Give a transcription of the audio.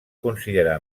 considerar